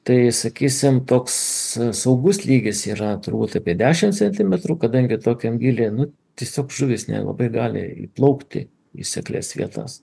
tai sakysim toks saugus lygis yra turbūt apie dešimt centimetrų kadangi tokiam gylije nu tiesiog žuvys nelabai gali įplaukti į seklias vietas